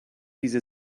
diese